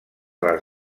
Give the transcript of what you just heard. les